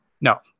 No